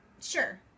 sure